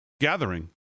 gathering